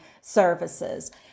services